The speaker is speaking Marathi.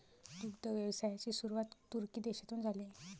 दुग्ध व्यवसायाची सुरुवात तुर्की देशातून झाली